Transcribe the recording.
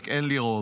רק אין לי רוב.